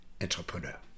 entrepreneur